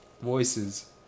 Voices